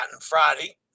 Friday